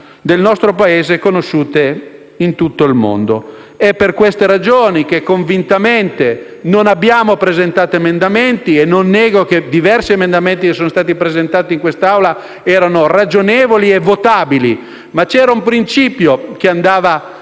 del nostro Paese, conosciute in tutto il mondo. È per queste ragioni che convintamente non abbiamo presentato emendamenti. Non nego che diversi degli emendamenti presentati in Aula fossero ragionevoli e votabili, ma c'era un principio che andava